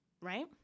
right